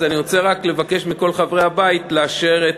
אז אני רוצה רק לבקש מכל חברי הבית לאשר את